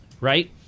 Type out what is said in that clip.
right